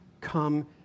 come